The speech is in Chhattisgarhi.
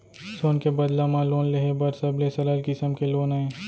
सोन के बदला म लोन लेहे हर सबले सरल किसम के लोन अय